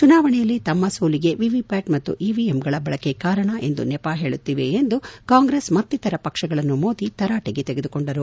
ಚುನಾವಣೆಯಲ್ಲಿ ತಮ್ನ ಸೋಲಿಗೆ ವಿವಿಪ್ಯಾಟ್ ಮತ್ತು ಇವಿಎಂಗಳ ಬಳಕೆ ಕಾರಣ ಎಂದು ನೆಪ ಹೇಳುತ್ತಿವೆ ಎಂದು ಕಾಂಗ್ರೆಸ್ ಮತ್ತಿತರ ಪಕ್ಷಗಳನ್ನು ಮೋದಿ ತರಾಟೆಗೆ ತೆಗೆದು ಕೊಂಡರು